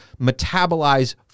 metabolize